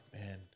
Man